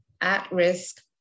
at-risk